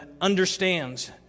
understands